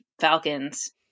Falcons